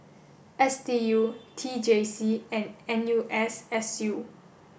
S D U T J C and N U S S U